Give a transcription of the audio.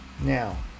Now